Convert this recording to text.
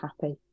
happy